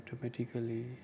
automatically